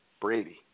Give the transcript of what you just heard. Brady